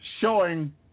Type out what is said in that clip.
showing